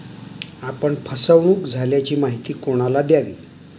आपण फसवणुक झाल्याची माहिती कोणाला द्यावी?